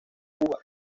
cuba